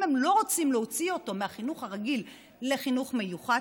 אם הם לא רוצים להוציא אותו מהחינוך הרגיל לחינוך מיוחד,